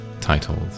titled